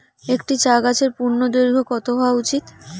একটি চা গাছের পূর্ণদৈর্ঘ্য কত হওয়া উচিৎ?